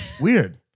Weird